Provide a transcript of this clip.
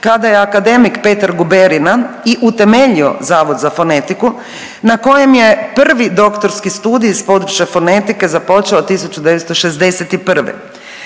kada je akademik Petar Guberina i utemeljio Zavod za fonetiku na kojem je prvi doktorski studij iz područja fonetike započeo 1961..